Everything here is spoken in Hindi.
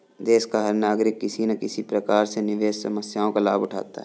देश का हर नागरिक किसी न किसी प्रकार से निवेश सेवाओं का लाभ उठाता है